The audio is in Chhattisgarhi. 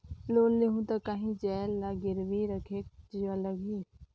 लोन लेहूं ता काहीं जाएत ला गिरवी रखेक लगही?